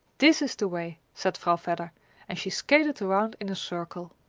this is the way, said vrouw vedder and she skated around in a circle.